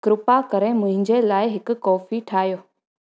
कृपा करे मुंहिंजे लाइ हिक कॉफी ठाहियो